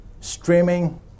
streaming